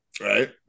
right